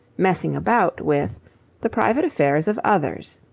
messing about with the private affairs of others.